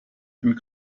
and